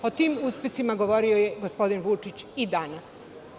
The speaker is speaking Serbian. O tim uspesima govorio je gospodin Vučić i danas.